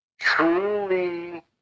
truly